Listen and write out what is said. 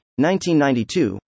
1992